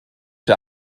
der